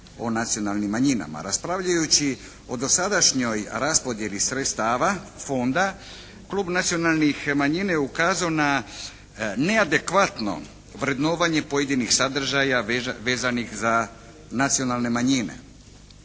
o nacionalnim manjinama. Raspravljajući o dosadašnjoj raspodjeli sredstava Fonda Klub nacionalnih manjina je ukazao na neadekvatno vrednovanje pojedinih sadržaja vezanih za nacionalne manjine.